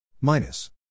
minus